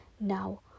now